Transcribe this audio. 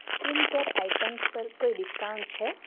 skincare items પર કોઈ discount છે